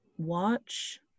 Watch